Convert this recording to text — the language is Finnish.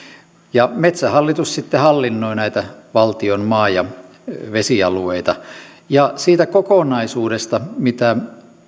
ja metsähallitus sitten hallinnoi näitä valtion maa ja vesialueita siitä kokonaisuudesta mitä